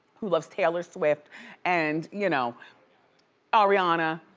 who loves taylor swift and you know ariana,